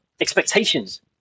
expectations